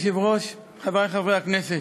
אדוני יושב-ראש הישיבה, חברי חברי הכנסת,